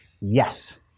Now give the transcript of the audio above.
yes